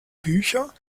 bücher